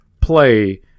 play